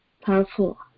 powerful